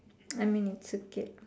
I mean it's okay